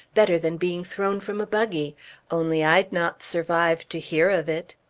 better than being thrown from a buggy only i'd not survive to hear of it!